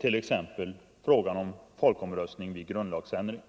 t.ex. i fråga om folkomröstning vid grundlagsändringar.